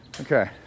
Okay